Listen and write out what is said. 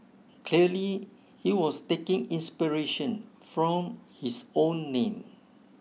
clearly he was taking inspiration from his own name